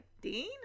Dean